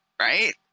right